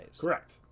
Correct